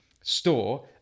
store